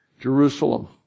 Jerusalem